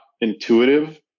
intuitive